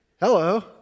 Hello